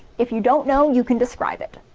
if you don't know, you can describe it.